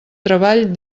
treball